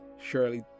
surely